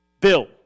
bill